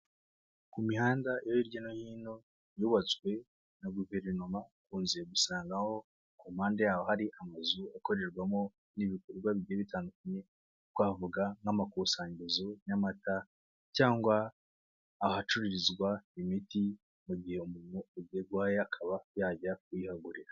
Ku mihanda yo hirya no hino yubatswe na guverinoma ukunze gusanga aho ku mpande y'aho hari amazu akorerwamo n'ibikorwa bigiye bitandukanye, twavuga nk'amakusanyirizo y'amata, cyangwa ahacururizwa imiti mu gihe umuntu ugiye urwaye akaba yajya kuyihagurira.